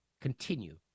continue